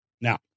Now